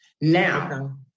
Now